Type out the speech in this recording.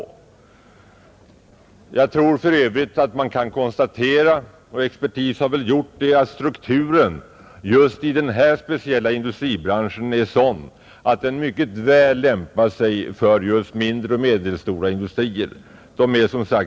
Jag tror för övrigt att man kan konstatera — och expertisen har väl gjort det — att strukturen just i den här speciella industribranschen är sådan att den mycket väl lämpar sig för mindre och medelstora industrier.